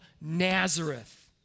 Nazareth